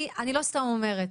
אני לא סתם אומרת,